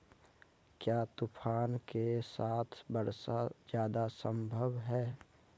क्या तूफ़ान के साथ वर्षा जायदा संभव है?